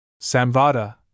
Samvada